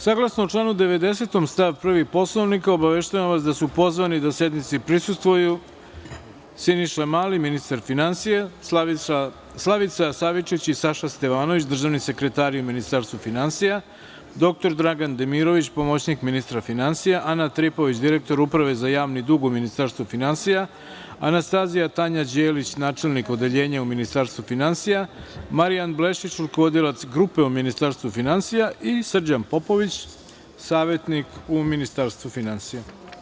Saglasno članu 90. stav 1. Poslovnika Narodne skupštine, obaveštavam vas da su pozvani da sednici prisustvuju, Siniša Mali, ministar finansija; Slavica Savičić i Saša Stevanović, državni sekretari u Ministarstvu finansija; doktor Dragan Demirović, pomoćnik ministra finansija; Ana Tripović, direktor Uprave za javni dug u Ministarstvu finansija; Anastazija Tanja Đelić, načelnik Odeljenja u Ministarstvu finansija; Marijan Blešić, rukovodilac Grupe u Ministarstvu finansija i Srđan Popović, savetnik u Ministarstvu finansija.